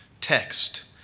text